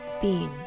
Bean